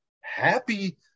happy